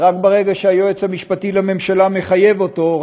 ורק ברגע שהיועץ המשפטי לממשלה מחייב אותו,